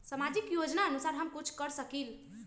सामाजिक योजनानुसार हम कुछ कर सकील?